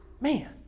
man